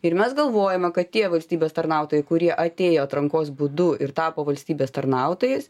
ir mes galvojame kad tie valstybės tarnautojai kurie atėjo atrankos būdu ir tapo valstybės tarnautojais